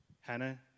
Hannah